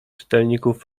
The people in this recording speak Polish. czytelników